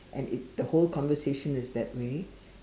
and if the whole conversation is that way